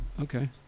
Okay